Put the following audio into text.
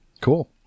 Cool